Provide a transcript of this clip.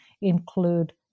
include